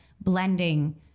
blending